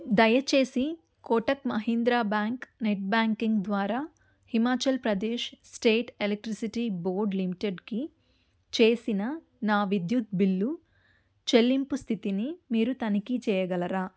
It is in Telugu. దయచేసి Kotak Mahindra bank net banking ద్వారా Himachal Pradesh state electricity board లిమిటెడ్కి చేసిన నా విద్యుత్ బిల్లు చెల్లింపు స్థితిని మీరు తనిఖీ చేయగలరా